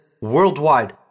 worldwide